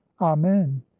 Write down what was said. Amen